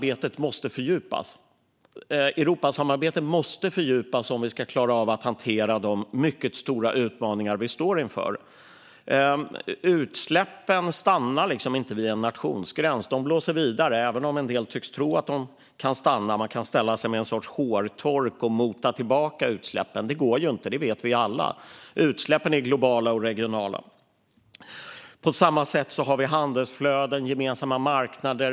Europasamarbetet måste fördjupas om vi ska klara av att hantera de mycket stora utmaningar vi står inför. Utsläppen stannar liksom inte vid en nationsgräns. De blåser vidare, även om en del tycks tro att de kan stoppas, att man kan ställa sig med en sorts hårtork och mota tillbaka utsläppen. Det går inte. Det vet vi alla. Utsläppen är globala och regionala. På samma sätt har vi handelsflöden och gemensamma marknader.